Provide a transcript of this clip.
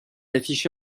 affiché